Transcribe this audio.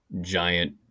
giant